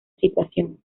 situación